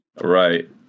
Right